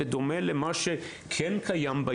בדומה למה שכן קיים,